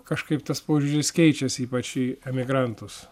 kažkaip tas požiūris keičiasi ypač į emigrantus